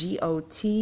GOT